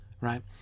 right